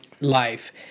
life